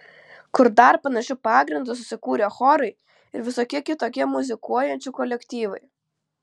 kur dar panašiu pagrindu susikūrę chorai ir visokie kitokie muzikuojančių kolektyvai